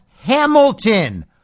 Hamilton